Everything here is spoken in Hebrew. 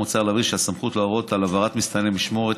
מוצע להבהיר שהסמכות להורות על העברת מסתנן למשמורת